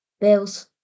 Bills